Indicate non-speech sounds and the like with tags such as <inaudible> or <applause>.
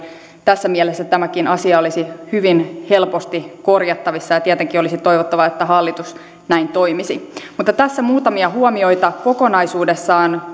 tässä mielessä tämäkin asia olisi hyvin helposti korjattavissa ja tietenkin olisi toivottavaa että hallitus näin toimisi tässä muutamia huomioita kokonaisuudessaan <unintelligible>